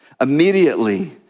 Immediately